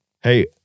Hey